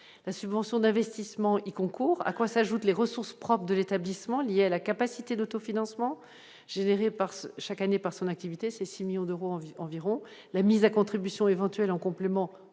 la subvention d'investissement il concourt à quoi s'ajoutent les ressources propres de l'établissement, il y a la capacité d'autofinancement générée par ce chaque année par son activité, ses 6 millions d'euros environ environ la mise à contribution éventuelle en complément